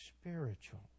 spiritual